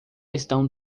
estão